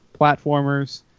platformers